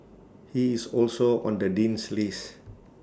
he is also on the Dean's list